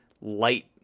light